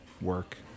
work